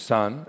Son